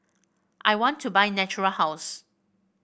I want to buy Natura House